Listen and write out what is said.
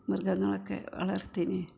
മൃഗങ്ങളൊക്കെ വളർത്തിയിരുന്നു